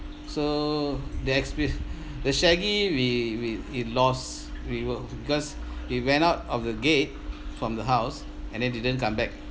so that exper~ the shaggy we we it lost we were because it ran out of the gate from the house and then didn't come back